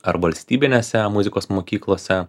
ar valstybinėse muzikos mokyklose